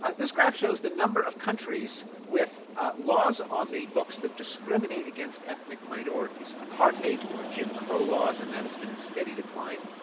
ah this graph shows the number of countries with laws on the books that discriminate against ethnic minorities, apartheid or jim crow laws. and that has been in steady decline.